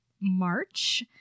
March